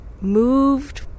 moved